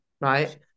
right